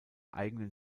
eigenen